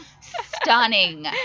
stunning